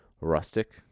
rustic